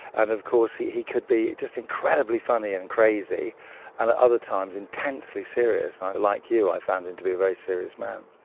and of course he he could be just incredibly funny and crazy, and at other times intensely serious. and like you, i found him to be a very serious man.